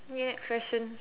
next question